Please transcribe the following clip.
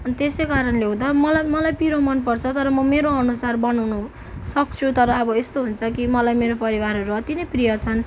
अनि त्यसै कारणले हुदाँ मलाई मलाई पिरो मनपर्छ तर म मेरो अनुसार बनाउँनु सक्छु तर अब यस्तो हुन्छ कि मलाई मेरो परिवारहरू अति नै प्रिय छन